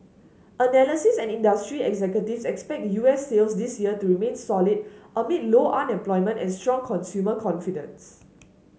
analysts and industry executives expect U S sales this year to remain solid amid low unemployment and strong consumer confidence